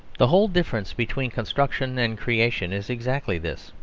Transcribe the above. the whole difference between construction and creation is exactly this